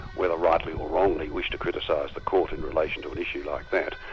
whether rightly or wrongly, wish to criticise the court in relation to an issue like that,